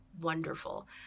wonderful